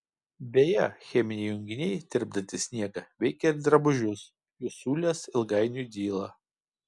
beje cheminiai junginiai tirpdantys sniegą veikia ir drabužius jų siūlės ilgainiui dyla